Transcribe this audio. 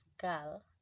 girl